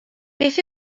beth